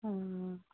অঁ